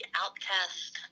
outcast